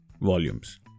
volumes